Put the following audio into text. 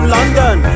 London